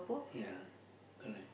ya correct